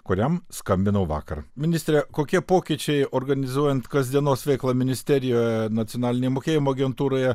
kuriam skambinau vakar ministre kokie pokyčiai organizuojant kasdienos veiklą ministerijoje nacionalinėj mokėjimų agentūroje